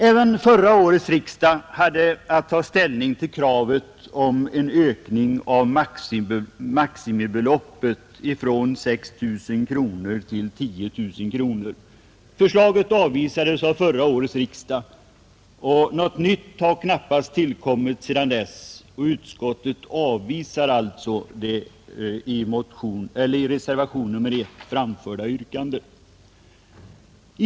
Även förra årets riksdag hade att ta ställning till kravet om en ökning av maximibeloppet ifrån 6 000 till 10 000 kronor. Förslaget avvisades då av riksdagen, och något nytt har knappast tillkommit sedan dess. Utskottet avvisar därför det i reservationen 1 framförda yrkandet.